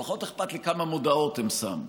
פחות אכפת לי כמה מודעות הם שמו.